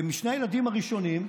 שני הילדים הראשונים,